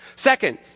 Second